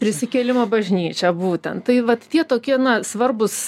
prisikėlimo bažnyčia būten tai vat tie tokie na svarbūs